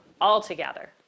altogether